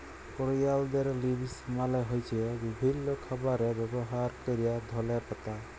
করিয়ালদের লিভস মালে হ্য়চ্ছে বিভিল্য খাবারে ব্যবহার ক্যরা ধলে পাতা